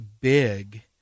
big